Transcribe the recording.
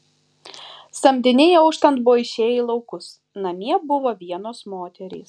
samdiniai auštant buvo išėję į laukus namie buvo vienos moterys